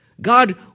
God